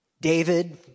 David